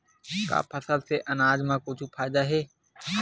का फसल से आनाज मा कुछु फ़ायदा हे?